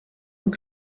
und